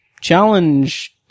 challenge